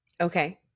Okay